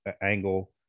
angle